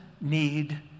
need